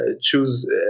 choose